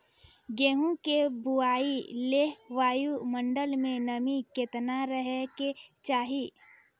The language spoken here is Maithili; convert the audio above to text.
गेहूँ के बुआई लेल वायु मंडल मे नमी केतना रहे के चाहि?